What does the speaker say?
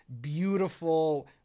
beautiful